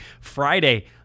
Friday